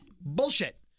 bullshit